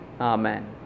Amen